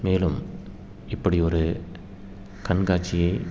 மேலும் இப்படியொரு கண்காட்சியை